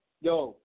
Yo